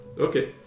Okay